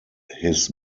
his